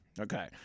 Okay